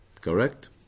Correct